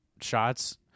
shots